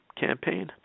campaign